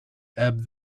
ebb